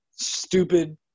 stupid